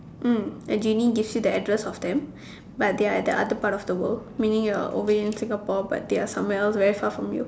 mm a genie gives you the address of them but they are at the other part of the world meaning you are away in Singapore but they are somewhere else very far from you